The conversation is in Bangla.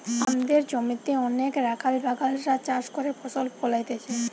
আমদের জমিতে অনেক রাখাল বাগাল রা চাষ করে ফসল ফোলাইতেছে